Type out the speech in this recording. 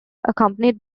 accompanied